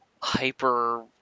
hyper